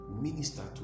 minister